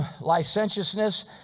licentiousness